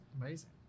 Amazing